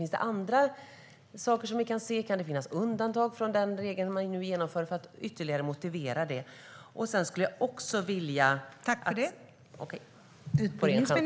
Finns det andra saker som ni kan se? Kan det finnas undantag från den regel man nu genomför? Kan man ge ytterligare motivation?